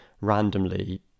randomly